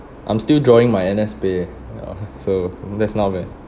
I'm still drawing my N_S pay ya so that's now leh